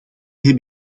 heb